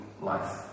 life